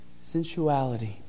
sensuality